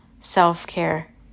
self-care